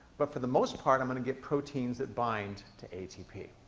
but for the most part i'm going to get proteins that bind to atp.